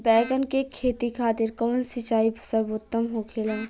बैगन के खेती खातिर कवन सिचाई सर्वोतम होखेला?